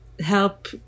help